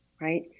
Right